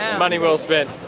money well spent.